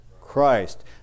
Christ